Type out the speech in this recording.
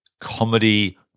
comedy